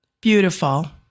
Beautiful